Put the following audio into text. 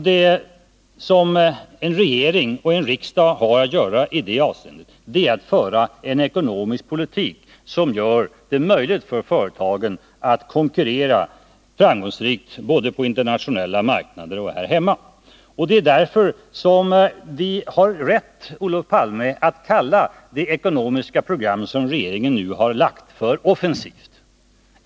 Det som regering och riksdag har att göra i det avseendet är att föra en ekonomisk politik som gör det möjligt för företagen att framgångsrikt konkurrera både på internationella marknader och här hemma. Det är därför, Olof Palme, som vi har rätt att kalla det ekonomiska program som regeringen nu har lagt fram för offensivt.